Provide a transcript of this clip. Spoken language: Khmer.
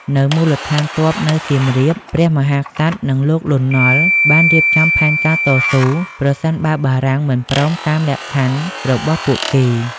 នៅមូលដ្ឋានទ័ពនៅសៀមរាប ព្រះមហាក្សត្រ និងលោក លន់ ណុល បានរៀបចំផែនការតស៊ូ ប្រសិនបើបារាំងមិនព្រមតាមលក្ខខណ្ឌរបស់ពួកគេ។